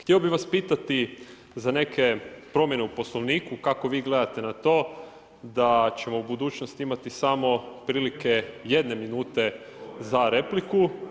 Htio bih vas pitati za neke promjene u Poslovniku kako vi gledate na to da ćemo u budućnosti imati samo prilike jedne minute za repliku?